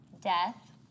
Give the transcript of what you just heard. death